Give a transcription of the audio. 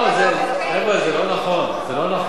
זה לא נכון.